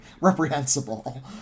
reprehensible